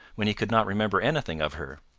when he could not remember anything of her.